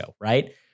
right